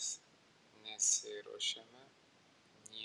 mes nesiruošiame nieko niekur boikotuoti